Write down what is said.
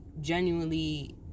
genuinely